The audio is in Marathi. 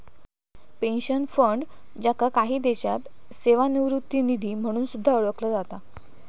पेन्शन फंड, ज्याका काही देशांत सेवानिवृत्ती निधी म्हणून सुद्धा ओळखला जाता